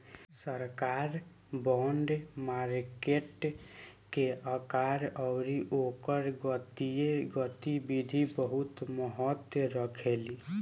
सरकार bond market के आकार अउरी ओकर वित्तीय गतिविधि बहुत महत्व रखेली